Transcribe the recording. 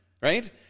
Right